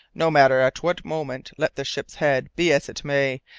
no matter at what moment, let the ship's head be as it may,